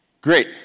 Great